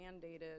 mandated